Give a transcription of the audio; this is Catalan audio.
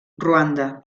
ruanda